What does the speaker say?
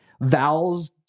vowels